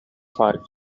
five